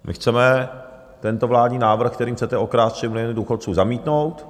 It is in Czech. My chceme tento vládní návrh, kterým chcete okrást 3 miliony důchodců, zamítnout.